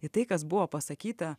į tai kas buvo pasakyta